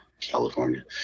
California